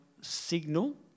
Signal